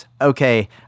okay